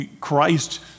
Christ